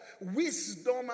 wisdom